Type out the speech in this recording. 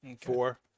Four